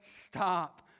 stop